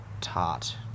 tart